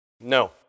No